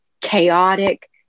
chaotic